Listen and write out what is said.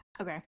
Okay